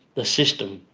the system